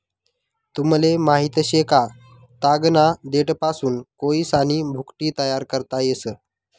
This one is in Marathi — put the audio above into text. तुमले माहित शे का, तागना देठपासून कोयसानी भुकटी तयार करता येस